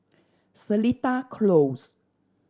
Seletar Close